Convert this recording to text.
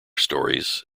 stories